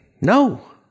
No